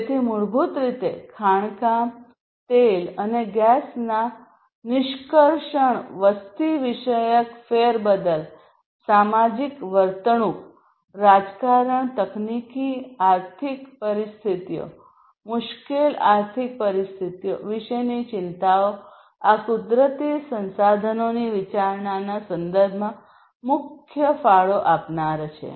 તેથી મૂળભૂત રીતે ખાણકામ તેલ અને ગેસના નિષ્કર્ષણ વસ્તી વિષયક ફેરબદલ સામાજિક વર્તણૂક રાજકારણ તકનીકી આર્થિક પરિસ્થિતિઓ મુશ્કેલ આર્થિક પરિસ્થિતિઓ વિશેની ચિંતાઓ આ કુદરતી સંસાધનોની વિચારણાના સંદર્ભમાં મુખ્ય ફાળો આપનાર છે